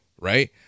right